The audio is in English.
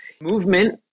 movement